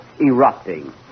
erupting